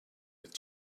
with